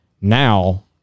Now